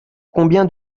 combien